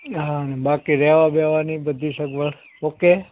હા અને બાકી રહેવા બેવાની ને બધી સગવડ ઓકે